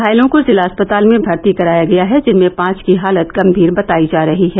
घायलों को जिला अस्पताल में भर्ती कराया गया है जिनमें पांच की हालत गम्भीर बताई जा रही है